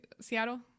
Seattle